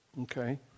Okay